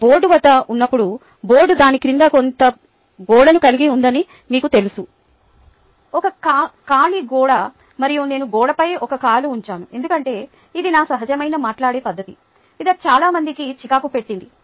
నేను బోర్డు వద్ద ఉన్నప్పుడు బోర్డు దాని క్రింద కొంత గోడను కలిగి ఉందని మీకు తెలుసు ఒక కాళి గోడ మరియు నేను గోడపై ఒక కాలు ఉంచాను ఎందుకంటే ఇది నా సహజమైన మాట్లాడే పద్దతి ఇది చాలా మందిని చికాకు పెట్టింది